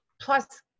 plus